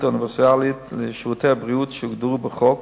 אוניברסלית לשירותי בריאות שהוגדרו בחוק